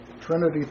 Trinity